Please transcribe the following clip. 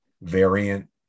variant